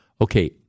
okay